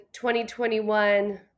2021